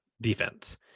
defense